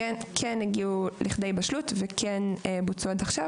שכן הגיעו לכדי בשלות וכן בוצעו עד עכשיו